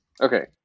Okay